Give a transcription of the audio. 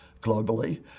globally